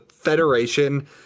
federation